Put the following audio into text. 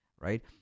right